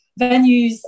venues